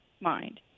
mind